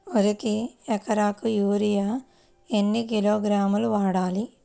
వరికి ఎకరాకు యూరియా ఎన్ని కిలోగ్రాములు వాడాలి?